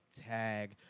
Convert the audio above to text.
tag